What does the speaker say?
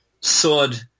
sod